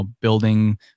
building